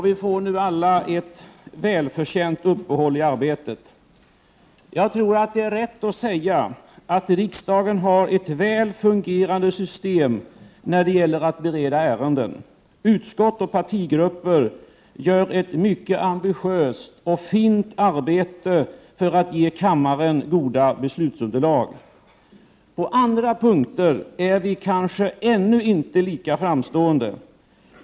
Vi får nu alla ett välförtjänt uppehåll i arbetet. Jag tror att det är rätt att säga att riksdagen har ett väl fungerande system när det gäller att bereda ärenden. Utskott och partigrupper gör ett mycket ambitiöst och fint arbete för att ge kammaren goda beslutsunderlag. På andra punkter är vi kanske ännu inte lika framstående.